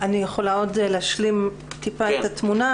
אני יכולה להשלים את התמונה.